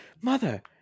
Mother